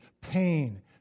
pain